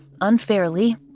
unfairly